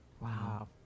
Wow